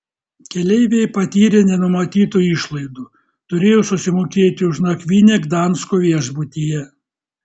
keleiviai patyrė nenumatytų išlaidų turėjo susimokėti už nakvynę gdansko viešbutyje